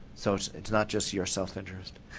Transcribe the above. so it's it's not just your self-interest.